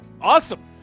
awesome